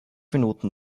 minuten